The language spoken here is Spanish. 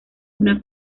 una